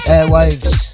Airwaves